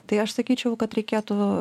tai aš sakyčiau kad reikėtų